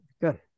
Good